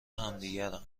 همدیگرند